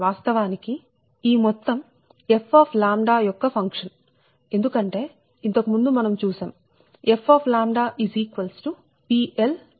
వాస్తవానికి ఈ మొత్తం f యొక్క ఫంక్షన్ ఎందుకంటే ఇంతకు ముందు మనం చూసాం f PLPLossK